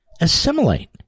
assimilate